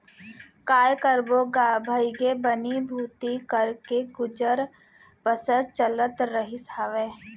काय करबो गा भइगे बनी भूथी करके गुजर बसर चलत रहिस हावय